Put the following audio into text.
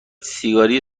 سیگاری